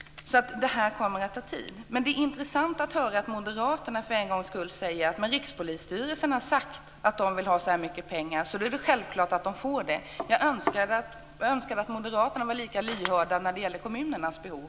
Det här kommer att ta tid. Men det är intressant att höra att moderaterna för en gångs skull säger: Men Rikspolisstyrelsen har sagt att man vill ha så här mycket pengar, då är det väl självklart att man får det. Jag önskar att moderaterna var lika lyhörda när det gäller kommunernas behov.